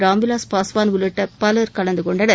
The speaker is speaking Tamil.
ராம்விலாஸ் பாஸ்வான் உள்ளிட்ட பலர் கலந்து கொண்டனர்